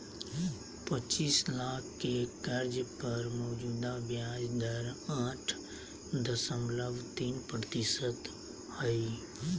पचीस लाख के कर्ज पर मौजूदा ब्याज दर आठ दशमलब तीन प्रतिशत हइ